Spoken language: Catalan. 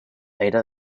era